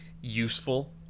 useful